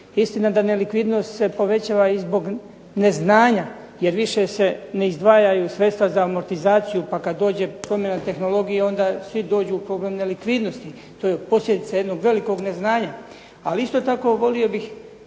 Istina da nelikvidnost se povećava i zbog neznanja, jer više se ne izdvajaju sredstva za amortizaciju, pa kada dođe promjena tehnologije onda svi dođu u problem nelikvidnosti. To je posljedica jednog velikog neznanja. Ali isto tako volio bih